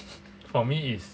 for me it's